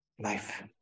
Life